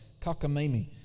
cockamamie